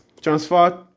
transfer